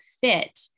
fit